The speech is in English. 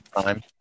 time